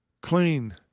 clean